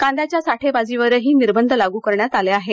कांद्याच्या साठेबाजीवरही निर्बंध लागू करण्यात आले आहेत